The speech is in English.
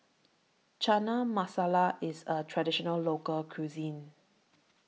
Chana Masala IS A Traditional Local Cuisine